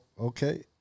Okay